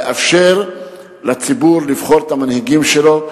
לאפשר לציבור לבחור את המנהיגים שלו,